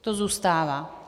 To zůstává.